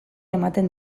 ematen